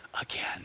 again